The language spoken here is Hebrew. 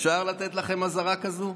אפשר לתת לכם אזהרה כזאת?